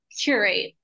curate